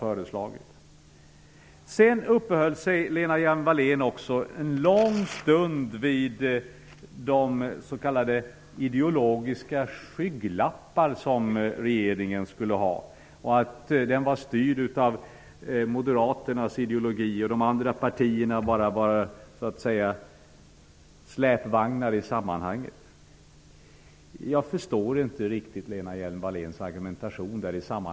Lena Hjelm-Wallén uppehöll sig också en lång stund vid de s.k. ideologiska skygglappar som regeringen skulle ha och att regeringen var styrd av moderaternas ideologi, medan de andra partierna bara var släpvagnar i sammanhanget. Jag förstår inte riktigt Lena Hjelm-Walléns argumentation.